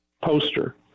poster